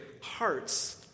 hearts